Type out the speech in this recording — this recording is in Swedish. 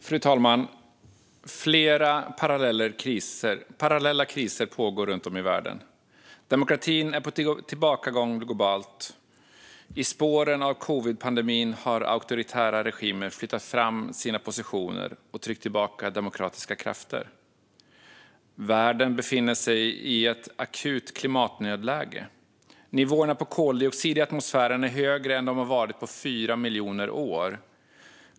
Fru talman! Flera parallella kriser pågår runt om i världen. Demokratin är på tillbakagång globalt. I spåren av covidpandemin har auktoritära regimer flyttat fram sina positioner och tryckt tillbaka demokratiska krafter. Världen befinner sig i ett akut klimatnödläge. Nivåerna av koldioxid i atmosfären är högre än de varit på 4 miljoner år.